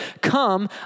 Come